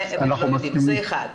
זה אחד.